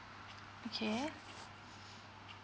okay